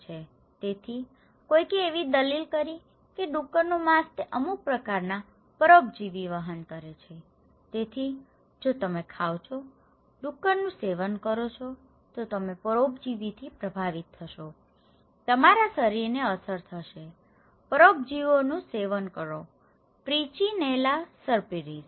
તેથી કોઈકે એવી દલીલ કરી હતી કે ડુક્કરનું માંસ તે અમુક પ્રકારના પરોપજીવી વહન કરે છે તેથી જો તમે ખાવ છો ડુક્કરનું સેવન કરો છો તો તમે પરોપજીવીથી પ્રભાવિત થશો તમારા શરીરને અસર થશે પરોપજીવીઓનું સેવન કરો ટ્રિચિનેલા સર્પિરિસ